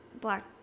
black